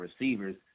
receivers